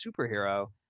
superhero